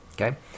okay